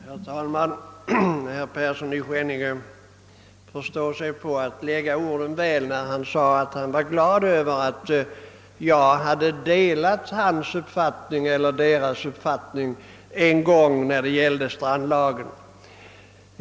Herr talman! Herr Persson i Skänninge förstår att lägga orden väl när han säger sig vara glad över att jag delade socialdemokraternas uppfattning i fråga om strandlagen.